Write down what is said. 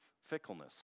fickleness